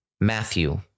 Matthew